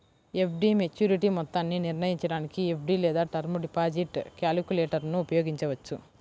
FD maturity మొత్తాన్ని నిర్ణయించడానికి FD లేదా టర్మ్ డిపాజిట్ క్యాలిక్యులేటర్ను ఉపయోగించవచ్చు